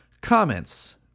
comments